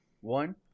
one